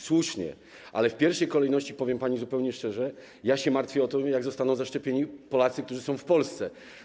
Słusznie, ale ja w pierwszej kolejności, powiem pani zupełnie szczerze, martwię się o to, jak zostaną zaszczepieni Polacy, którzy są w Polsce.